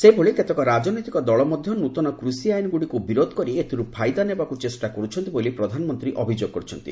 ସେହିଭଳି କେତେକ ରାଜନୈତିକ ଦଳ ମଧ୍ୟ ନୂତନ କୃଷି ଆଇନ୍ଗୁଡ଼ିକୁ ବିରୋଧ କରି ଏଥିରୁ ଫାଇଦା ନେବାକୁ ଚେଷ୍ଟା କରୁଛନ୍ତି ବୋଲି ପ୍ରଧାନମନ୍ତ୍ରୀ ଅଭିଯୋଗ କରିଛନ୍ତି